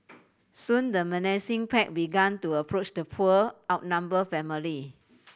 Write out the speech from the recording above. soon the menacing pack began to approach the poor outnumbered family